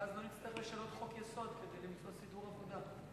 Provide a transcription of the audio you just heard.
ואז לא נצטרך לשנות חוק-יסוד כדי למצוא סידור עבודה.